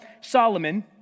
Solomon